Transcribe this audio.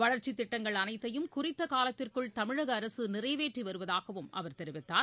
வளர்ச்சி திட்டங்கள் அனைத்தையும் குறித்த காலத்திற்குள் தமிழக அரசு நிறைவேற்றி வருவதாகவும் அவர் கூறினார்